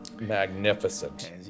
magnificent